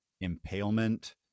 impalement